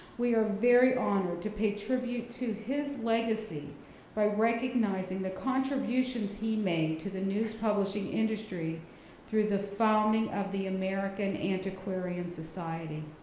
we are very honored to pay tribute to his legacy by recognizing the contributions he made to the news publishing industry through the founding of the american antiquarian society.